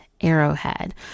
Arrowhead